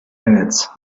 minutes